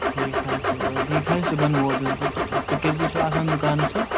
ٹھیٖک حظ چھُ ٹھیٖک حظ چھُ صُبَحن ووتُس بہٕ تہٕ تُہۍ کٔژِ بَجہِ چھِو آسان دُکانَس پٮ۪ٹھ